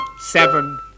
seven